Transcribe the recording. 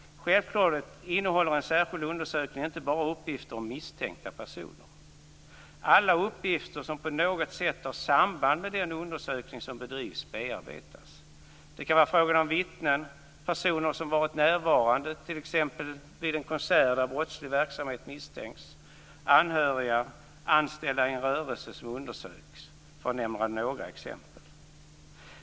Självfallet innehåller en särskild undersökning inte bara uppgifter om misstänkta personer. Alla uppgifter som på något sätt har samband med den undersökning som bedrivs bearbetas. Det kan vara fråga om vittnen, personer som har varit närvarande t.ex. vid en konsert där brottslig verksamhet misstänks, anhöriga eller anställda i en rörelse som undersöks, för att nämna några exempel.